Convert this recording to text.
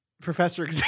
Professor